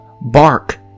bark